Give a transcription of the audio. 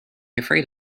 afraid